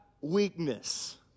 weakness